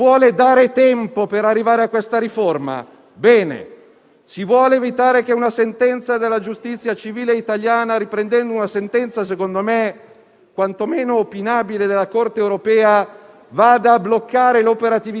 Prendiamoci questo tempo, ma una grande riforma non si fa di notte, attraverso un emendamento a un decreto Covid, ma si fa con trasparenza in quest'Aula, perché ne hanno bisogno l'Italia e gli italiani.